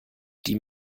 die